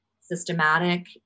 systematic